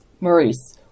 Maurice